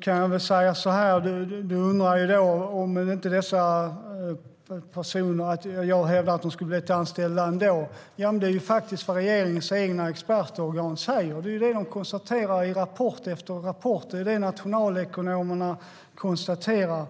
kan jag säga följande: Du säger att jag hävdar att dessa personer skulle ha blivit anställda ändå. Det är faktiskt vad regeringens egna expertorgan säger. Det är vad de konstaterar i rapport efter rapport, och det är vad nationalekonomerna konstaterar.